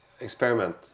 experiment